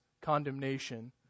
condemnation